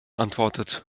antwortet